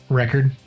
record